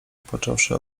począwszy